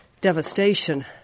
devastation